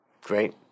Great